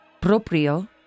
proprio